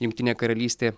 jungtinė karalystė